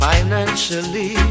Financially